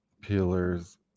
peelers